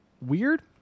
weird